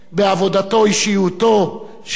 באישיותו של עמוס דגני,